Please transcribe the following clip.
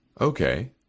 Okay